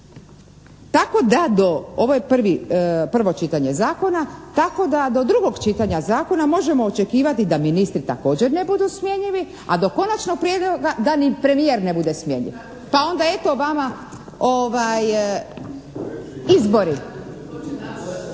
Tako da do, ovo je prvi, prvo čitanje zakona, tako da do drugog čitanja zakona možemo očekivati da ministri također ne budu smjenjivi, a do konačnog prijedloga da ni premijer ne bude smijenjiv. Pa onda eto vama izbori.